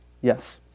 yes